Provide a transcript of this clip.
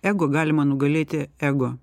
jeigu galima nugalėti ego